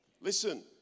Listen